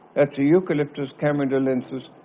that's a eucalyptus camaldulensis,